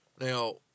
Now